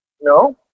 No